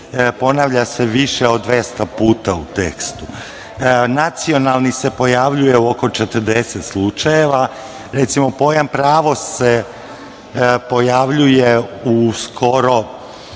ponavlja se više od 200 puta u tekstu. Reč nacionalni se pojavljuje u oko 40 slučajeva, recimo pojam pravo se pojavljuje u skoro